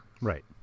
right